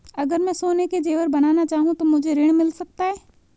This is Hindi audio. अगर मैं सोने के ज़ेवर बनाना चाहूं तो मुझे ऋण मिल सकता है?